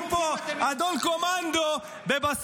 כל היום אתה מדבר על חיילים,